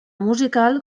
musical